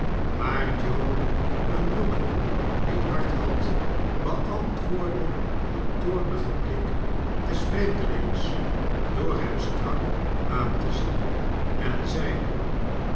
maar joe een jongen die hart had beantwoordde den toornigen blik des vreemdelings door hem strak aan te zien en zeide